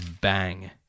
bang